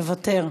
מוותר,